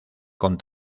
con